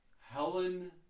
helen